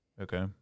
okay